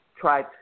Try